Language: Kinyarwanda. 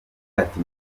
ati